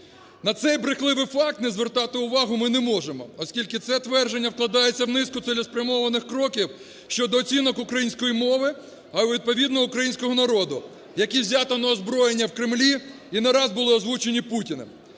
На цей брехливий факт не звертати увагу ми не можемо, оскільки це твердження вкладається в низку цілеспрямованих кроків щодо оцінок української мови, а відповідно українського народу, які взято на озброєння в Кремлі і не раз були озвучені Путіним.